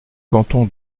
canton